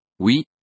Oui